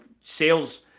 sales